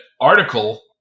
article